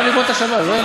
צריך לגמור את השבת.